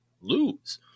lose